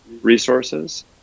resources